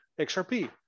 XRP